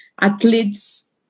athletes